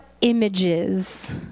images